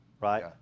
Right